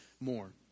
more